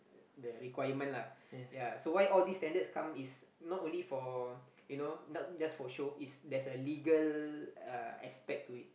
the requirement lah ya so why all this standards come is not only for you know not just for show it's there's a legal uh aspect to it